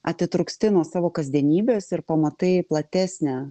atitrūksti nuo savo kasdienybės ir pamatai platesnę